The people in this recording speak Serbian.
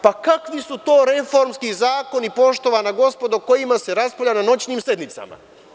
Pa, kakvi su to reformski zakoni, poštovana gospodo, o kojima se raspravlja na noćnim sednicama?